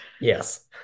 Yes